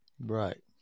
Right